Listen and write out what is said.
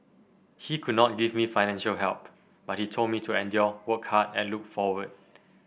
he could not give me financial help but he told me to endure work hard and look forward